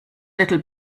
little